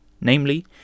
namely